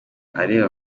areba